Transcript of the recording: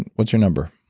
and what's your number?